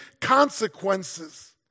consequences